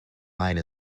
line